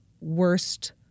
worst